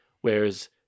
Whereas